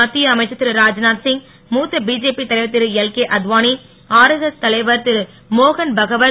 மத்திய அமைச்சர் திரு ராஜ்நாத்சிங் மூத்த பிஜேபி தலைவர் திரு எல்கே அத்வானி ஆர்எஸ்எஸ் தலைவர் திரு மோகன்பகவத்